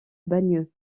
bagneux